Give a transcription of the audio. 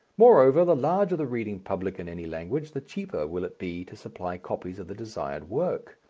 moreover, the larger the reading public in any language the cheaper will it be to supply copies of the desired work.